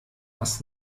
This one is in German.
was